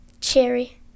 cherry